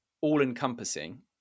all-encompassing